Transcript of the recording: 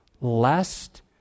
lest